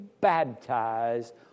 baptized